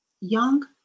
young